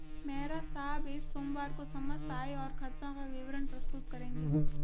मेहरा साहब इस सोमवार को समस्त आय और खर्चों का विवरण प्रस्तुत करेंगे